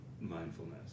mindfulness